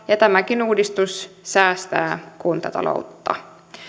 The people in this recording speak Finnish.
tämäkin uudistus säästää kuntataloutta